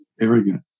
arrogant